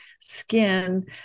skin